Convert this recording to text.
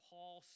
Paul